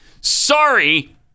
Sorry